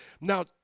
Now